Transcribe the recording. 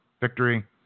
victory